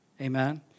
Amen